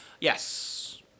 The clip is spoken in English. Yes